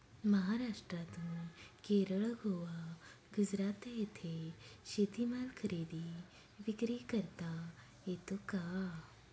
महाराष्ट्रातून केरळ, गोवा, गुजरात येथे शेतीमाल खरेदी विक्री करता येतो का?